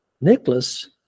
nicholas